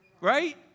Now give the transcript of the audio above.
right